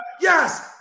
yes